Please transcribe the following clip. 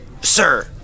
sir